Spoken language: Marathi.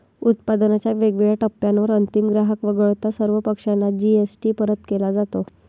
उत्पादनाच्या वेगवेगळ्या टप्प्यांवर अंतिम ग्राहक वगळता सर्व पक्षांना जी.एस.टी परत केला जातो